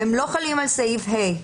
והן לא חלות על פרק ה'.